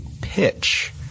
pitch